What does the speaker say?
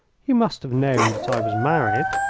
you must have known that i was married.